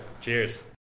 Cheers